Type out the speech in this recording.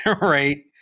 right